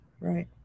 Right